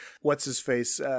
What's-His-Face